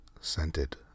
scented